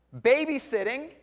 babysitting